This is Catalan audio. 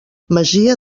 masia